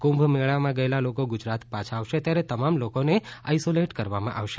કુંભ મેળામાં ગયેલાં લોકો ગુજરાત પાછા આવશે ત્યારે તમામ લોકોને આઈસોલેટ કરવામાં આવશે